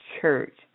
church